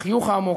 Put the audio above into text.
החיוך העמוק,